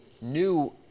new